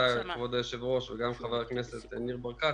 אתה כבוד היושב-ראש וגם חבר הכנסת ניר ברקת,